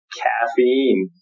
caffeine